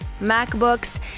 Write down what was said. MacBooks